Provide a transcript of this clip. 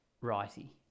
righty